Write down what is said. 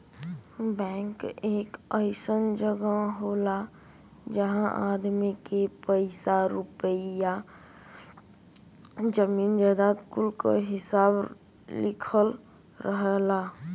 bank एक अइसन जगह होला जहां आदमी के पइसा रुपइया, जमीन जायजाद कुल क हिसाब लिखल रहला